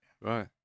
right